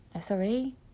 Sorry